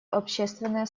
общественное